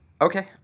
Okay